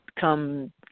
come